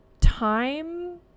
time